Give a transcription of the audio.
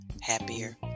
Happier